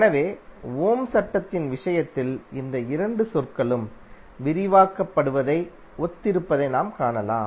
எனவே ஓம் சட்டத்தின் விஷயத்தில் இந்த இரண்டு சொற்களும் விவரிக்கப்படுவதை ஒத்திருப்பதை நாம் காணலாம்